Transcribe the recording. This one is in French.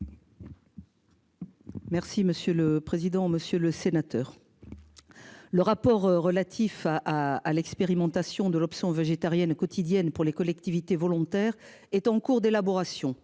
Merci monsieur le président, monsieur le sénateur. Le rapport relatif à l'expérimentation de l'option végétarienne quotidienne pour les collectivités volontaires est en cours d'élaboration.